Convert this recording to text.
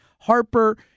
Harper